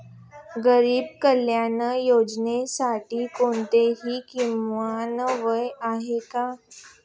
गरीब कल्याण योजनेसाठी कोणतेही किमान वय आहे का?